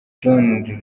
john